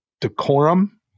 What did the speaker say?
decorum